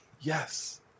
Yes